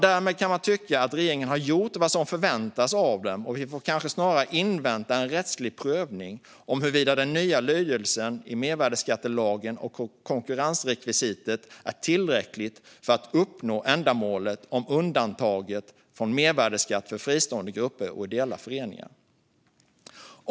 Därmed kan man tycka att regeringen har gjort vad som förväntas av den, och vi får kanske snarare invänta en rättslig prövning av huruvida den nya lydelsen i mervärdesskattelagen och konkurrensrekvisitet är tillräcklig för att uppnå ändamålet med undantaget från mervärdesskatt för fristående grupper och ideella föreningar.